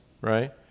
right